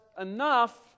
enough